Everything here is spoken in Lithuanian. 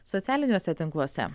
socialiniuose tinkluose